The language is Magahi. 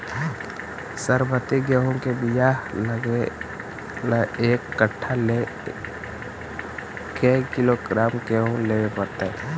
सरबति गेहूँ के बियाह लगबे ल एक कट्ठा ल के किलोग्राम गेहूं लेबे पड़तै?